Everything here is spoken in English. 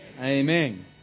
Amen